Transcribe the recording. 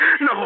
No